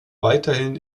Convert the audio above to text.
weiterhin